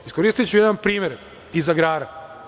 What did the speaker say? Iskoristiću jedan primer iz agrara.